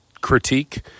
critique